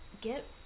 get